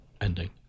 ending